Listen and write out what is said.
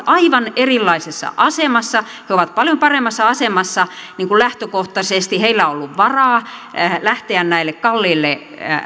aivan erilaisessa asemassa he ovat paljon paremmassa asemassa lähtökohtaisesti heillä on ollut varaa lähteä näille kalliille